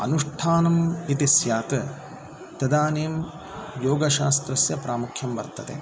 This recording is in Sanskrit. अनुष्ठानम् इति स्यात् तदानीं योगशास्त्रस्य प्रामुख्यं वर्तते